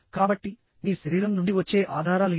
కాబట్టి మీ శరీరం నుండి వచ్చే ఆధారాలు ఏమిటి